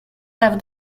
have